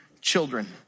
children